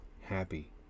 happy